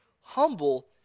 humble